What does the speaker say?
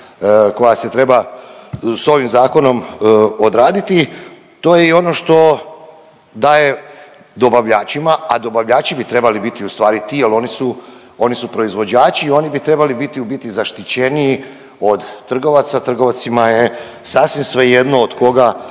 koja se treba s ovim zakonom odraditi, to je i ono što daje dobavljačima, a dobavljači bi trebali biti ustvari ti jel oni su, oni su proizvođači i oni bi trebali biti u biti zaštićeniji od trgovaca, trgovcima je sasvim svejedno od koga